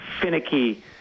finicky